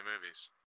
movies